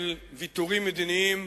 בהצעתו לרשות הפלסטינית,